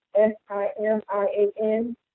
S-I-M-I-A-N